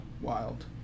wild